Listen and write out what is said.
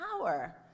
power